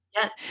Yes